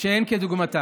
שאין כדוגמתה.